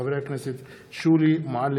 מאת חברי הכנסת אלי אלאלוף,